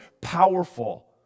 powerful